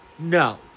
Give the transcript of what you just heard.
No